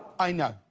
i know.